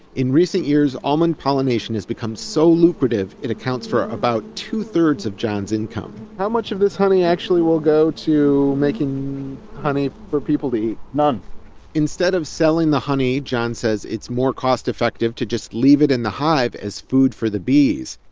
in recent years, almond pollination has become so lucrative, it accounts for about two-thirds of john's income how much of this honey actually will go to making honey for people to eat? none instead of selling the honey, john says it's more cost-effective to just leave it in the hive as food for the bees.